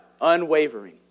unwavering